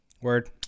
Word